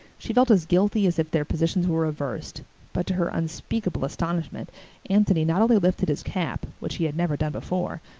she felt as guilty as if their positions were reversed but to her unspeakable astonishment anthony not only lifted his cap. which he had never done before.